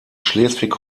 schleswig